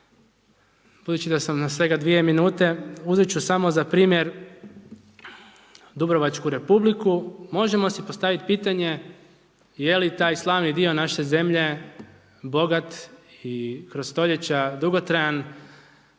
Budući da sam na svega 2 minute, uzet ću samo za primjer Dubrovačku republiku. Možemo si postaviti pitanje je li taj slavni dio naše zemlje bogat i kroz stoljeća dugotrajan